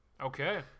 Okay